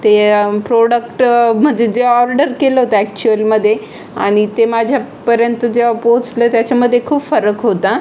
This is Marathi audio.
ते प्रोडक्ट म्हणजे जे ऑर्डर केलं होतं ॲक्चुअलमध्ये आणि ते माझ्यापर्यंत जेव्हा पोचलं त्याच्यामध्ये खूप फरक होता